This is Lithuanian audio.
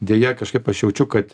deja kažkaip aš jaučiu kad